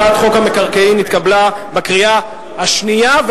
הצעת החוק המקרקעין נתקבלה בקריאה שנייה,